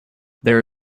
there